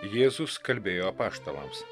jėzus kalbėjo apaštalams